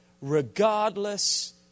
regardless